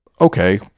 Okay